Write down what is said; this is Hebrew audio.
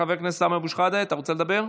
חבר הכנסת סמי אבו שחאדה, אתה רוצה לדבר?